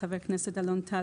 חבר הכנסת אלון טל,